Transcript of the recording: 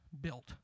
built